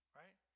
right